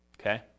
okay